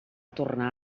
tornar